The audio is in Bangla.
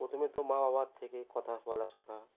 প্রথমে তো মা বাবার থেকে কথা বলা শেখা